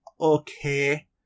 okay